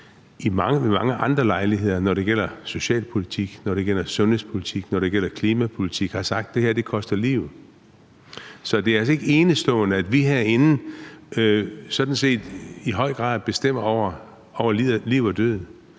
mange andre lejligheder, når det gælder socialpolitik, når det gælder sundhedspolitik, når det gælder klimapolitik, har sagt: Det her koster liv. Så det er altså ikke enestående, at vi herinde sådan set i høj grad bestemmer over liv og død.